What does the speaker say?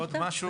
עוד משהו.